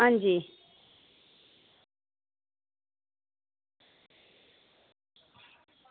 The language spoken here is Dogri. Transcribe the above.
अंजी